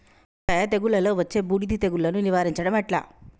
మిరపకాయ తెగుళ్లలో వచ్చే బూడిది తెగుళ్లను నివారించడం ఎట్లా?